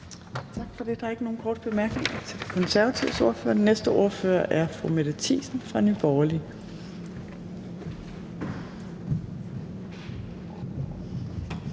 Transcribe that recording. Tak for det. Der er ikke nogen korte bemærkninger til De Konservatives ordfører. Den næste ordfører er fru Mette Thiesen fra Nye Borgerlige.